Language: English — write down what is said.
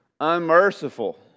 unmerciful